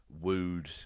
wooed